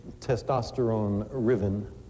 testosterone-riven